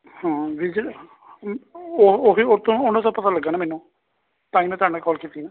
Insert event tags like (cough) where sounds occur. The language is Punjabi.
ਹਾਂ ਵਿਜਿਟ (unintelligible) ਉਹ ਉਹਦੇ ਉਹ ਤੋਂ ਉਨ੍ਹਾਂ ਤੋਂ ਪਤਾ ਲੱਗਾ ਨਾ ਮੈਨੂੰ ਤਾਹੀਂ ਮੈਂ ਤੁਹਾਡੇ ਨਾਲ ਕੋਲ ਕੀਤੀ ਨਾ